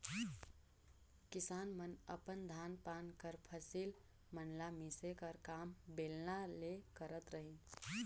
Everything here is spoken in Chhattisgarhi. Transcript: किसान मन अपन धान पान कर फसिल मन ल मिसे कर काम बेलना ले करत रहिन